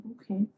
okay